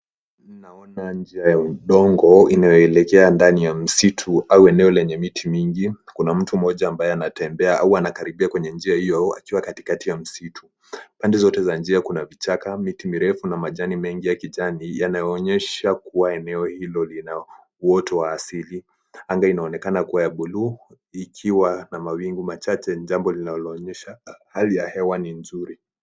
Ninaona njia ya udongo inayoelekea ndani ya msitu au eneo lenye miti mingi. Kuna mtu moja ambaye anatembea hua anakaribia kwenye njia hio akiwa katikati ya msitu. Pande zote za njia kuna picha ya miti mirefu na majani mengi ya kijani yanayoonyesha kuwa eneo hilo lina uoto wa asaili. Anga inaonekana kuwa buluu ikiwa na mawingu machache ni jambo linaloonyesha hali ya hewa ni nzuri.